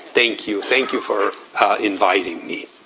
thank you, thank you for inviting me.